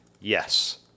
Yes